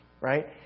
right